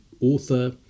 author